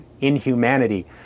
inhumanity